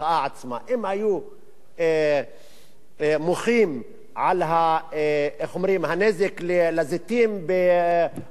אם היו מוחים על הנזק לזיתים ברובן-איילנד,